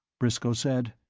briscoe said.